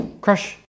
Crush